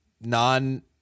non